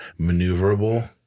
maneuverable